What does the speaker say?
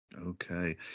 Okay